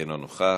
אינו נוכח.